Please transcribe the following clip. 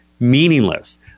meaningless